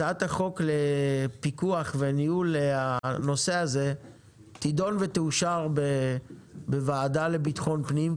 הצעת החוק לפיקוח וניהול הנושא הזה תידון ותאושר בוועדה לביטחון פנים,